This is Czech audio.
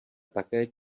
také